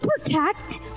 protect